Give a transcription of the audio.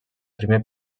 primer